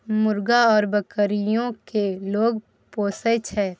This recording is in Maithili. मुर्गा आउर बकरीयो केँ लोग पोसय छै